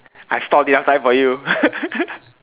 I stalled enough time for you